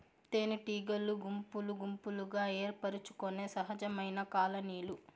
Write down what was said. తేనెటీగలు గుంపులు గుంపులుగా ఏర్పరచుకొనే సహజమైన కాలనీలు